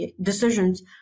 decisions